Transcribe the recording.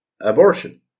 abortion